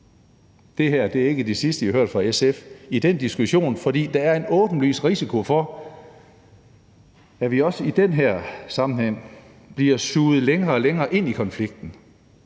Det her er ikke det sidste, I har hørt fra SF i den diskussion, for der er en åbenlys risiko for, at vi også i den her sammenhæng bliver suget længere og længere ind i konflikten,